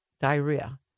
diarrhea